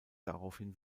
daraufhin